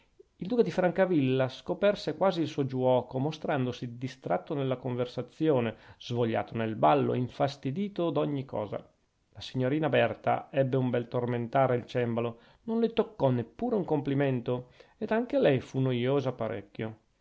il duca di francavilla scoperse quasi il suo giuoco mostrandosi distratto nella conversazione svogliato nel ballo infastidito d'ogni cosa la contessina berta ebbe un bel tormentare il cembalo non le toccò neppure un complimento ed anche lei fu noiosa parecchio